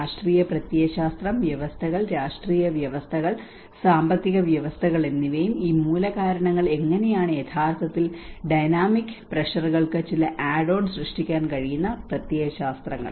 രാഷ്ട്രീയ പ്രത്യയശാസ്ത്രം വ്യവസ്ഥകൾ രാഷ്ട്രീയ വ്യവസ്ഥകൾ സാമ്പത്തിക വ്യവസ്ഥകൾ എന്നിവയും ഈ മൂലകാരണങ്ങൾ എങ്ങനെയാണ് യഥാർത്ഥത്തിൽ ഡൈനാമിക് പ്രെഷറുകൾക്ക് ചില ആഡ് ഓൺ സൃഷ്ടിക്കാൻ കഴിയുന്ന പ്രത്യയശാസ്ത്രങ്ങൾ